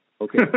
Okay